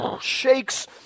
shakes